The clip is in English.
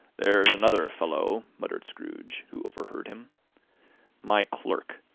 there's another fellow, muttered scrooge who overheard him my clerk,